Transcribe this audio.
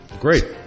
Great